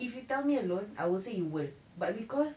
if you tell me alone I will say you world but because